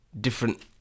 different